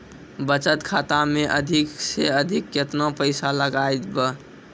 बचत खाता मे अधिक से अधिक केतना पैसा लगाय ब?